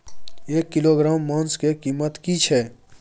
एक किलोग्राम मांस के कीमत की छै?